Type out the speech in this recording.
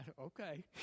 okay